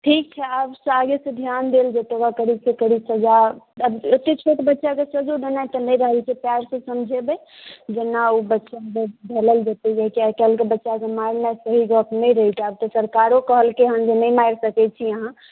ठीक छै आबसँ आगेसँ ध्यान देल जेतै ओकरा कड़ीसँ कड़ी सजा आब एतेक छोट बच्चाकेँ सजो देनाइ तऽ नहि रहै छै से प्यारसँ समझेबै जेना ओ बच्चा ढलल जेतै जे कि आइ काल्हिके बच्चाके मारनाइ सही गप्प नहि रहै छै आब तऽ सरकारो कहलकै हेँ जे नहि मारि सकै छी अहाँ